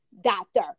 doctor